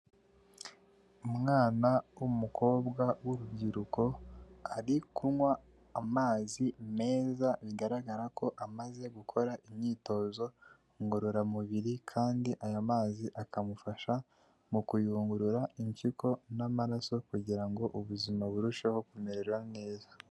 Umwana w'umukobwa w'urubyiruko ari kunywa amazi meza bigaragara ko amaze gukora imyitozo ngororamubiri, kandi aya mazi akamufasha mu kuyungurura impyiko n'amaraso kugira ngo ubuzima burusheho kumumerera neza.